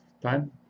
time